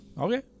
Okay